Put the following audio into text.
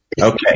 Okay